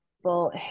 people